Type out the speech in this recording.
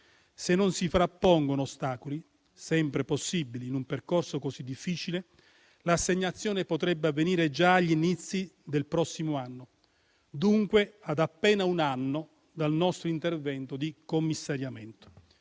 Se non si frappongono ostacoli, sempre possibili in un percorso così difficile, l'assegnazione potrebbe avvenire già agli inizi del prossimo anno, dunque ad appena un anno dal nostro intervento di commissariamento.